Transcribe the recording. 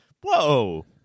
whoa